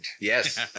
Yes